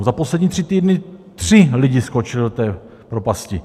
Za poslední tři týdny tři lidi skočili do té propasti.